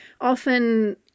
often